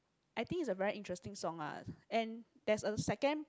I think is a very interesting song ah and there's a second